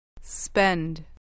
Spend